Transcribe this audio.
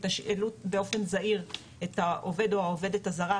יתשאלו באופן זהיר את העובד או העובדת הזרה,